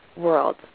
world